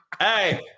Hey